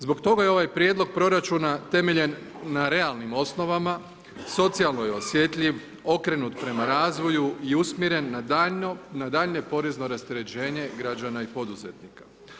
Zbog toga je ovaj Prijedlog proračuna temeljen na realnim osnovama, socijalno je osjetljiv, okrenut prema razvoju i usmjeren na daljnje porezno rasterećenje građana i poduzetnika.